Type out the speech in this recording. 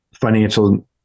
financial